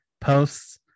posts